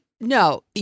no